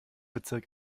bezirk